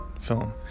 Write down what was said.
film